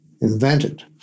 invented